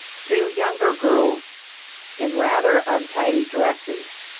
two younger girls in rather untidy dresses,